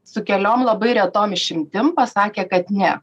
su keliom labai retom išimtim pasakė kad ne